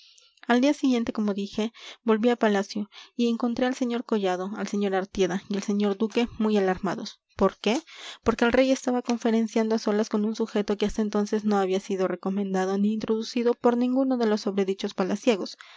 al día siguiente como dije volví a palacio y encontré al sr collado al sr artieda y al señor duque muy alarmados por qué porque el rey estaba conferenciando a solas con un sujeto que hasta entonces no había sido recomendado ni introducido por ninguno de los sobredichos palaciegos